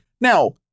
Now